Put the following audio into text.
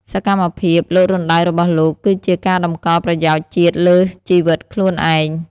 សកម្មភាពលោតរណ្ដៅរបស់លោក គឺជាការតម្កល់ប្រយោជន៍ជាតិលើសជីវិតខ្លួនឯង។